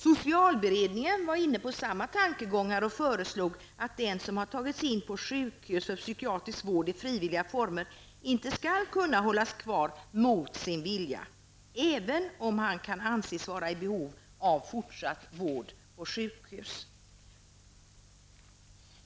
Socialberedningen var inne på samma tankegångar och föreslog att den som har tagits in på sjukhus för psykiatrisk vård i frivilliga former inte skall kunna hållas kvar mot sin vilja, även om han kan anses vara i behov av fortsatt vård på sjukhus.